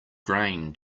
grain